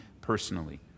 personally